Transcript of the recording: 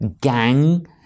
gang